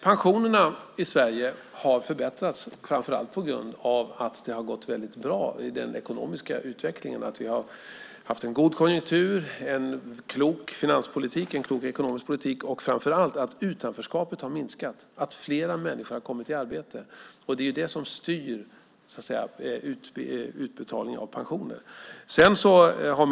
Pensionerna i Sverige har förbättrats, framför allt på grund av att den ekonomiska utvecklingen har gått väldigt bra, att vi har haft en god konjunktur, en klok finanspolitik, en klok ekonomisk politik och framför allt att utanförskapet har minskat och fler människor har kommit i arbete. Det är det som styr utbetalningen av pensioner.